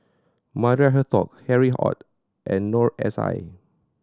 Maria Hertogh Harry Ord and Noor S I